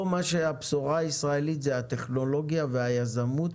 הבשורה הישראלית היא הטכנולוגיה, היזמות